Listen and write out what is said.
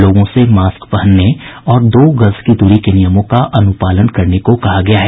लोगों से मास्क पहनने और दो गज की दूरी के नियमों का अनुपालन करने को कहा गया है